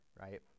right